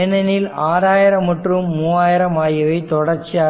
ஏனெனில் 6000 மற்றும் 3000 ஆகியவை தொடர்ச்சியாக உள்ளது